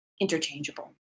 interchangeable